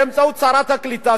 באמצעות שרת הקליטה,